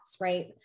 right